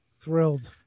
Thrilled